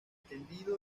tendido